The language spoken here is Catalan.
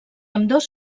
ambdós